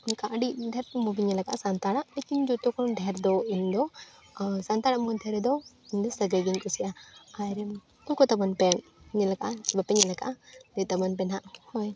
ᱚᱱᱠᱟ ᱟᱹᱰᱤ ᱰᱷᱮᱨ ᱠᱚᱡ ᱢᱩᱵᱷᱤᱧ ᱧᱮᱞ ᱠᱟᱜᱼᱟ ᱥᱟᱱᱛᱟᱲᱟᱜ ᱞᱮᱠᱤᱱ ᱡᱚᱛᱚᱠᱷᱚᱱ ᱰᱷᱮᱨ ᱫᱚ ᱤᱧ ᱫᱚ ᱥᱟᱱᱛᱟᱲᱟᱜ ᱢᱚᱫᱽᱫᱷᱮ ᱨᱮᱫᱚ ᱤᱧ ᱫᱚ ᱥᱟᱹᱜᱟᱹᱭ ᱜᱮᱧ ᱠᱩᱥᱤᱭᱟᱜᱼᱟ ᱟᱨ ᱠᱩ ᱠᱚᱛᱟᱵᱚᱱᱯᱮ ᱧᱮᱞ ᱠᱟᱜᱼᱟ ᱥᱮ ᱵᱟᱯᱮ ᱧᱮᱞ ᱠᱟᱜᱼᱟ ᱞᱟᱹᱭ ᱛᱟᱵᱚᱱᱯᱮ ᱱᱟᱸᱜ ᱦᱳᱭ